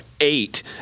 eight